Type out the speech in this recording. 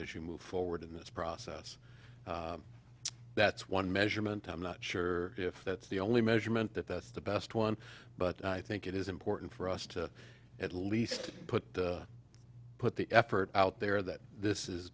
you move forward in this process that's one measurement i'm not sure if that's the only measurement that that's the best one but i think it is important for us to at least put put the effort out there that this is